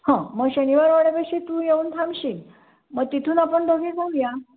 हां मग शनिवार वाड्यापाशी तू येऊन थांबशील मग तिथून आपण दोघी जाऊया